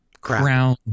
Crown